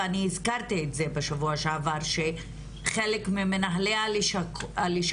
ואני הזכרתי את זה בשבוע שעבר שחלק ממנהלי הלשכות